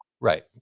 right